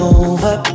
over